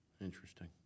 Interesting